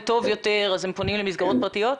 טוב יותר ואז הם פונים למסגרות פרטיות?